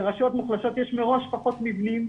לרשויות מוחלשות יש מראש פחות מבנים,